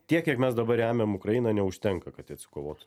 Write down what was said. tiek kiek mes dabar remiam ukrainą neužtenka kad ji atsikovotų